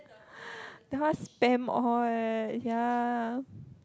that one spam all ya